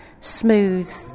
smooth